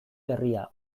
berria